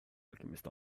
alchemist